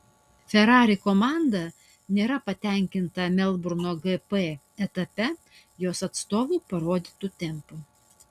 ferrari komanda nėra patenkinta melburno gp etape jos atstovų parodytu tempu